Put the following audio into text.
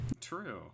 True